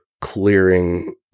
clearing